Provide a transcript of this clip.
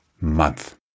month